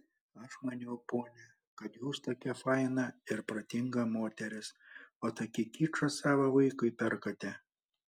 aš maniau ponia kad jūs tokia faina ir protinga moteris o tokį kičą savo vaikui perkate